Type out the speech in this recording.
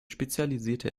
spezialisierte